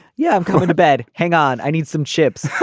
yeah i'm going to bed. hang on i need some chips.